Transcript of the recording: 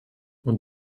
und